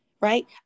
Right